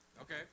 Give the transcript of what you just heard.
Okay